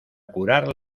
curar